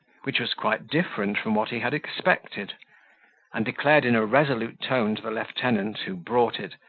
which was quite different from what he had expected and declared in a resolute tone to the lieutenant, who brought it,